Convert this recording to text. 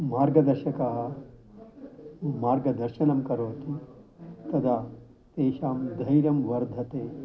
मार्गदर्शकाः मार्गदर्शनं करोति तदा तेषां धैर्यं वर्धते